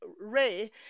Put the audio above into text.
Ray